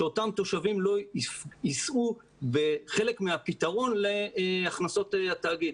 שאותם תושבים לא יישאו בחלק מהפתרון להכנסות התאגיד.